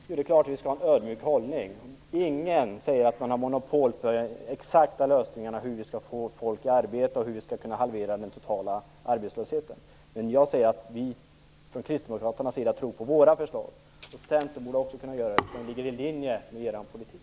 Herr talman! Det är klart att vi skall ha en ödmjuk hållning. Ingen säger sig ha monopol på den exakta lösningen, hur vi skall få folk i arbete och kunna halvera den totala arbetslösheten. Jag säger att vi från kristdemokraternas sida tror på våra förslag. Centern borde också kunna göra det, eftersom de ligger i linje med er politik.